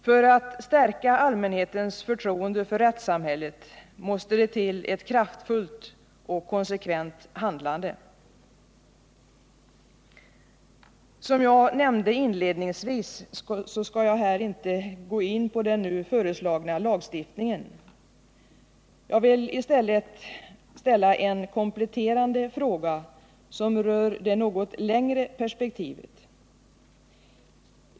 För att stärka allmänhetens förtroende för rättssamhället måste det till ett kraftfullt och konsekvent handlande. Som jag nämnde inledningsvis skall jag inte här gå in på den nu föreslagna lagstiftningen. Jag vill i stället ställa en kompletterande fråga som rör det något längre perspektivet.